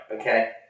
okay